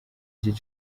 gihe